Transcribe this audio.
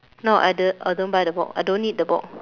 no I don't I don't buy the book I don't need the book